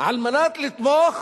על מנת לתמוך